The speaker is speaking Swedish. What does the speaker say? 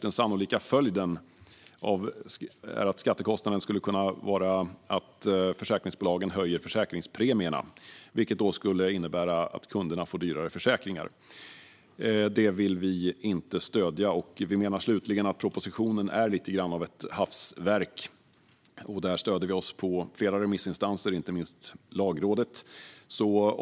Den sannolika följden av skattekostnaden skulle kunna vara att försäkringsbolagen höjer försäkringspremierna, vilket då skulle innebära att kunderna får dyrare försäkringar. Detta vill vi inte stödja. Vi menar slutligen att propositionen är något av ett hafsverk. Där stöder vi oss på flera remissinstanser, inte minst Lagrådet.